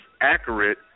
accurate